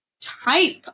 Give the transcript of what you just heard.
type